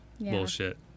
bullshit